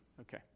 Okay